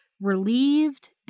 relieved